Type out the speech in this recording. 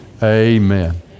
Amen